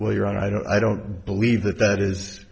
well your honor i don't i don't believe that that is